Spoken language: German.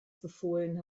befohlen